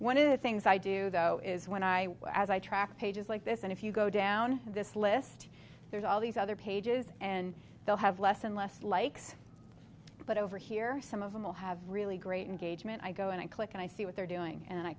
one of the things i do though is when i as i tracked pages like this and if you go down this list there's all these other pages and they'll have less and less likes but over here some of them will have really great and gauge me and i go and i click and i see what they're doing and i